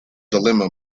dilemma